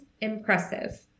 impressive